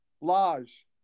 Large